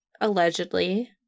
allegedly